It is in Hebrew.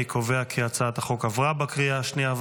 אני קובע כי הצעת החוק עברה בקריאה השנייה.